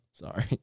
Sorry